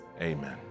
amen